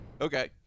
Okay